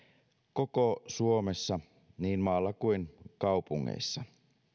koko suomessa niin maalla kuin kaupungeissa